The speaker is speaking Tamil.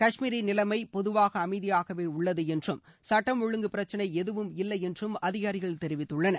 கஷ்மீரின் நிலைமை பொதுவாக அமைதியாகவே உள்ளது என்றும் சுட்டம் ஒழுங்கு பிரச்னை எதுவும் இல்லை என்றும் அதிகாரிகள் தெரிவித்துள்ளனர்